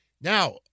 Now